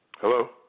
Hello